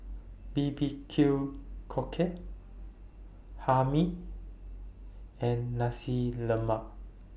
B B Q Cockle Hae Mee and Nasi Lemak